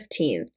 15th